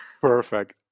Perfect